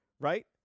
right